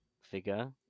figure